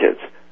kids